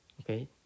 Okay